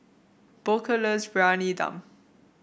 Booker loves Briyani Dum